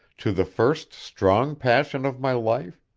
to the first strong passion of my life,